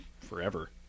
forever